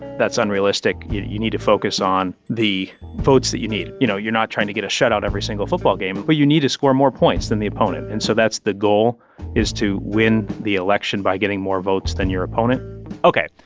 that's unrealistic. you you need to focus on the votes that you need. you know, you're not trying to get a shutout every single football game, but you need to score more points than the opponent. and so that's the goal is to win the election by getting more votes than your opponent ok.